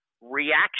reaction